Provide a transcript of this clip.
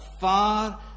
far